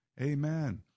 Amen